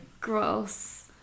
Gross